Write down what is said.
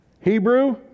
hebrew